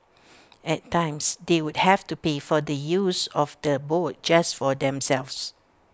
at times they would have to pay for the use of the boat just for themselves